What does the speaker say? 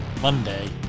Monday